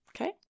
Okay